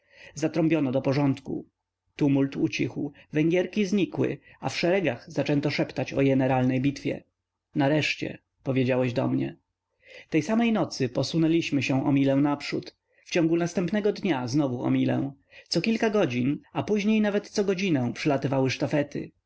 zatrąbiono do porządku tumult ucichł węgierki znikły a w szeregach zaczęto szeptać o jeneralnej bitwie nareszcie powiedziałeś do mnie tej samej nocy posunęliśmy się o milę naprzód w ciągu następnego dnia znowu o milę co kilka godzin a później nawet cogodzinę przylatywały sztafety